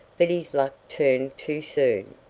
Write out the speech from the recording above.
but his luck turned too soon.